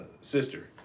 sister